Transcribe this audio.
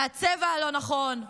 מהצבע הלא-נכון,